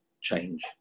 change